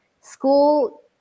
School